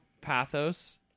pathos